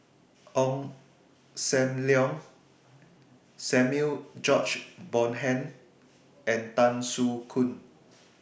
Ong SAM Leong Samuel George Bonham and Tan Soo Khoon